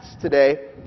today